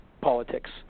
politics